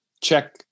check